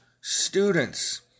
students